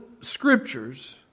scriptures